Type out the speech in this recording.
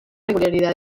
regularidad